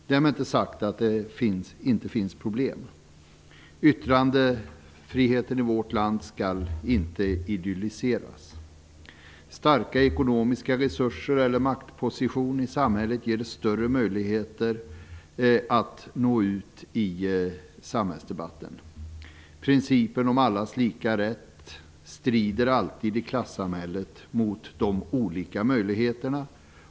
Därmed inte sagt att det inte finns problem. Yttrandefriheten i vårt land skall inte "idylliseras". Starka ekonomiska resurser eller en maktposition i samhället ger större möjligheter att nå ut i samhällsdebatten. Principen om allas lika rätt strider alltid i klassamhället mot de olika möjligheterna.